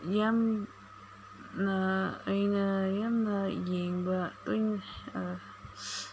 ꯌꯥꯝꯅ ꯑꯩꯅ ꯌꯥꯝꯅ ꯌꯦꯡꯕ ꯇꯣꯏꯅ